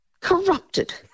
corrupted